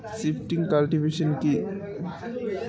Shifting cultivation কি?